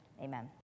Amen